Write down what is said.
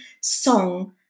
song